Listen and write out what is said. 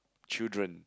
children